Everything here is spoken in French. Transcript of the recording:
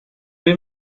vais